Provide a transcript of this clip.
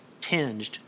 tinged